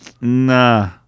nah